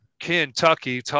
Kentucky